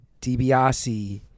DiBiase